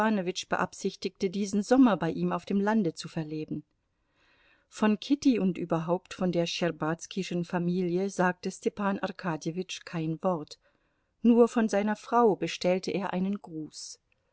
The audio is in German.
beabsichtige diesen sommer bei ihm auf dem lande zu verleben von kitty und überhaupt von der schtscherbazkischen familie sagte stepan arkadjewitsch kein wort nur von seiner frau bestellte er einen gruß